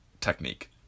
technique